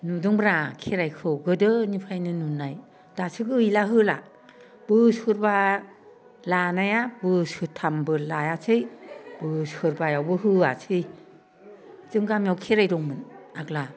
नुदोंब्रा खेराइखौ गोदोनिफ्रायनो नुनाय दासो गैला होला बोसोरबा लानाया बोसोरथामबो लायासै बोसोरबायावबो होआसै जों गामियाव खेराइ दंमोन आगोलाव